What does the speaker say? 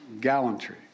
Gallantry